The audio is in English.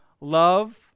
love